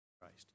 Christ